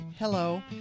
Hello